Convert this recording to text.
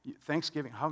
Thanksgiving